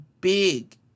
big